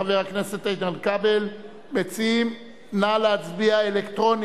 חבר הכנסת איתן כבל לסעיף 2 לא נתקבלה.